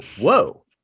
Whoa